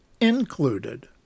included